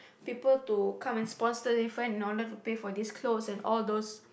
people to come and sponsor in order to pay for these clothes and all those